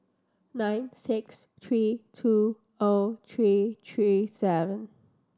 nine six three two O three three seven